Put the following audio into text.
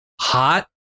hot